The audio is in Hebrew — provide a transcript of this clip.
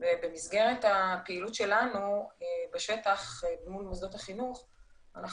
ובמסגרת הפעילות שלנו בשטח מול מוסדות החינוך אנחנו